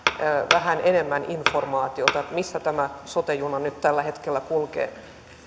vähän enemmän informaatiota missä tämä sote juna nyt tällä hetkellä kulkee